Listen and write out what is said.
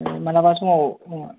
मालाबा समाव ओं